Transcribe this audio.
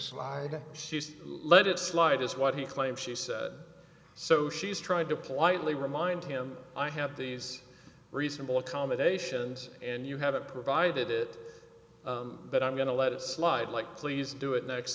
why she let it slide is what he claims she said so she's trying to politely remind him i have these reasonable accommodations and you haven't provided it but i'm going to let it slide like please do it next